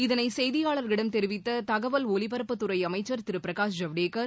இதனை செய்தியாளர்களிடம் தெரிவித்த தகவல் ஒலிபரப்புத்துறை அமைச்சர் திரு பிரகாஷ் ஜவடேகர்